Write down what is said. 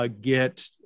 Get